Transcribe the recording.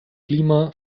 klima